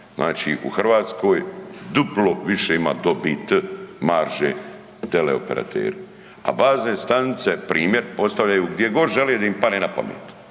Znači u Hrvatskoj duplo više ima dobit, marže teleoperateri, a bazne stanice primjer postavljaju gdje god žele gdje im padne napamet,